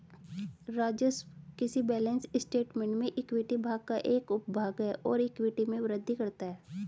राजस्व किसी balance statement में इक्विटी भाग का एक उपभाग है और इक्विटी में वृद्धि करता है